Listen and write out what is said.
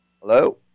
Hello